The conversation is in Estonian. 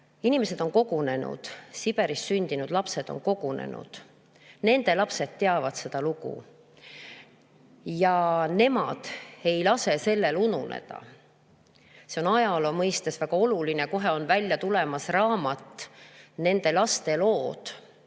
inimesed on kogunenud, Siberis sündinud lapsed on kogunenud. Nende lapsed teavad seda lugu ja nemad ei lase sellel ununeda. See on ajaloo mõistes väga oluline. Kohe on välja tulemas raamat nende laste